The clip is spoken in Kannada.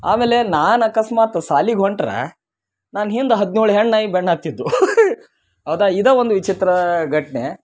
ಆಮೇಲೆ ನಾನು ಅಕಸ್ಮಾತ್ ಶಾಲೆಗೆ ಹೊಂಟ್ರೆ ನನ್ನ ಹಿಂದೆ ಹದಿನೇಳು ಹೆಣ್ಣು ನಾಯಿ ಬೆನ್ನು ಹತ್ತಿದ್ವು ಅದು ಐದು ಒಂದು ವಿಚಿತ್ರ ಘಟನೆ